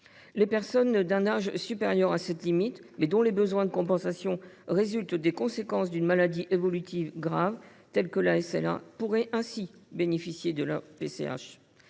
Les personnes dont l’âge est supérieur à cette limite, mais dont les besoins de compensation résultent des conséquences d’une maladie évolutive grave telle que la SLA pourraient ainsi bénéficier de la PCH.